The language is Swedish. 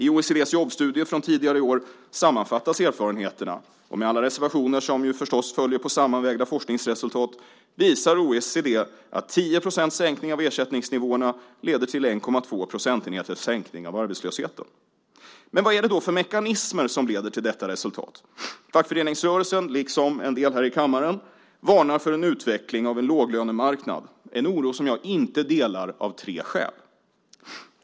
I OECD:s jobbstudie från tidigare i år sammanfattas erfarenheterna, och med alla de reservationer som förstås följer på sammanvägda forskningsresultat visar OECD att 10 % sänkning av ersättningsnivåerna leder till en sänkning av arbetslösheten med 1,2 procentenheter. Men vad är det då för mekanismer som leder till detta resultat? Fackföreningsrörelsen liksom en del här i kammaren varnar för en utveckling av en låglönemarknad, en oro som jag inte delar av tre skäl.